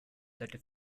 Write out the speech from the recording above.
thirty